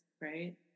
right